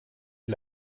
est